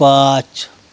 पाँच